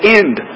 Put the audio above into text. end